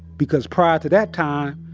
because prior to that time,